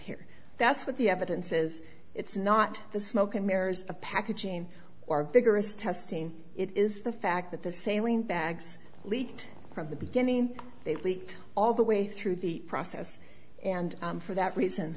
here that's what the evidence is it's not the smoke and mirrors of packaging or vigorous testing it is the fact that the sailing bags leaked from the beginning they leaked all the way through the process and for that reason